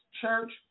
Church